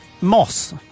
moss